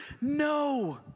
No